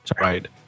right